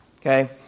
Okay